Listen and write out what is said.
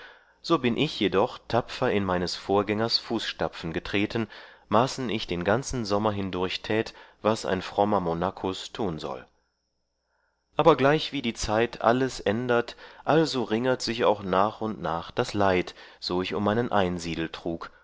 so bin ich jedoch tapfer in meines vorgängers fußstapfen getretten maßen ich den ganzen sommer hindurch tät was ein frommer monachus tun soll aber gleichwie die zeit alles ändert also ringert sich auch nach und nach das leid so ich um meinen einsiedel trug